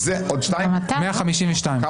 152 זה